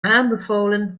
aanbevolen